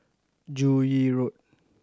Joo Yee Road